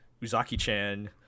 Uzaki-chan